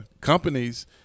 companies